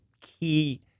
key